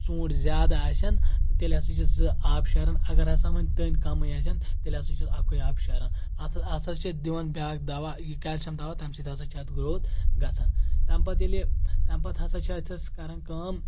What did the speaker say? ژوٗنٛٹھۍ زیادٕ آسن تہٕ تیٚلہِ ہسا چھِ زٕ آب شیران اگر ہسا وۄنۍ تٔنۍ کمٕے آسن تیٚلہِ ہسا چھُس اکُے آبہٕ شیران اتھ ہسا چھِ دِوان بیاکھ دوہ یہِ کیلشَم دوہ تَمہِ سۭتۍ ہسا چھِ اَتھ گروتھ گژھان تمہِ پتہٕ ییٚلہِ تمہِ پتہٕ ہسا چھِ اَتھ أسۍ کران کٲم